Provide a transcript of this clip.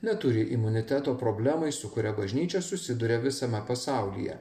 neturi imuniteto problemai su kuria bažnyčia susiduria visame pasaulyje